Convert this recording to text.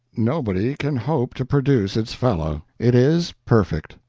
nobody can hope to produce its fellow it is perfect,